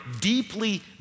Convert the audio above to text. deeply